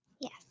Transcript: Yes